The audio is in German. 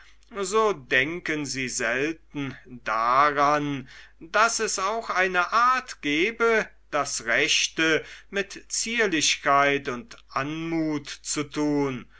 so denken sie selten daran daß es auch eine art gebe das rechte mit zierlichkeit und anmut zu tun